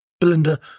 Belinda